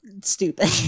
stupid